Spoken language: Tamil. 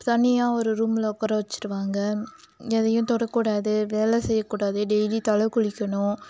தனியாக ஒரு ரூமில் உட்க்கார வச்சுடுவாங்க எதையும் தொட கூடாது வேலை செய்யக்கூடாது டெய்லி தலை குளிக்கணும்